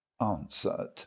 answered